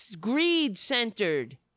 Greed-centered